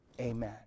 amen